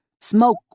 Smoke